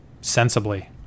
sensibly